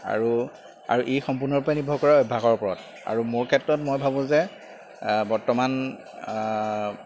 আৰু আৰু ই সম্পূৰ্ণৰূপে নিৰ্ভৰ কৰে অভ্যাসৰ ওপৰত আৰু মোৰ ক্ষেত্ৰত মই ভাবোঁ যে বৰ্তমান